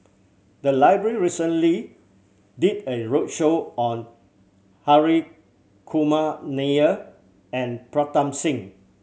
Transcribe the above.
the library recently did a roadshow on Hri Kumar Nair and Pritam Singh